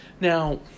Now